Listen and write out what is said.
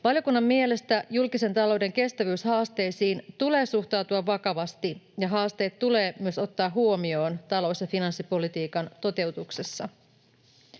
Valiokunnan mielestä julkisen talouden kestävyyshaasteisiin tulee suhtautua vakavasti ja haasteet tulee myös ottaa huomioon talous- ja finanssipolitiikan toteutuksessa.